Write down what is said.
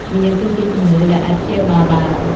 វាគឺជាជំងឺដែលអាចព្យាបាលបាន។